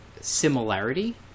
similarity